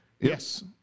Yes